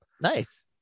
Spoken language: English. Nice